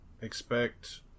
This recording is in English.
expect